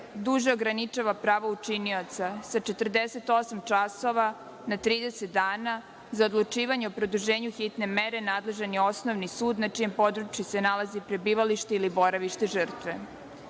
duže ograničava pravo učinioca sa 48 časova na 30 dana. za odlučivanje od produženju hitne mere nadležan je osnovni sud na čijem području se nalazi prebivalište ili boravište žrtve.